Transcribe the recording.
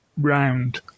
round